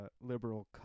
liberal